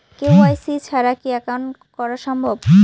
KYC ছাড়া কি account করা সম্ভব?